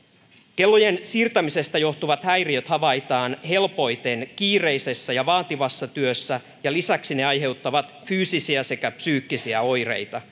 kellojen siirtämisestä johtuvat häiriöt havaitaan helpoiten kiireisessä ja vaativassa työssä ja lisäksi ne aiheuttavat fyysisiä sekä psyykkisiä oireita